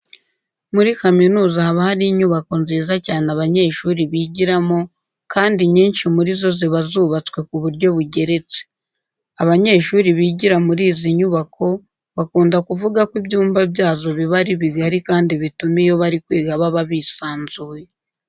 Muri kaminuza haba hari inyubako nziza cyane abanyeshuri bigiramo kandi inyinshi muri zo ziba zubatswe ku buryo bugeretse. Abanyehuri bigira muri izi nyubako bakunda kuvuga ko ibyumba byazo biba ari bigari kandi bituma iyo bari kwiga baba bisanzuye.